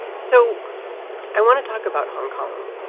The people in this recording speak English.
so i want to talk about hong kong,